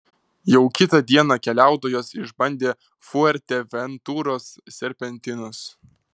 jau kitą dieną keliautojos išbandė fuerteventuros serpentinus